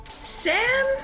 Sam